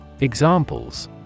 Examples